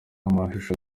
amashusho